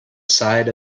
side